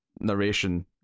narration